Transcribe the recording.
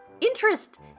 interest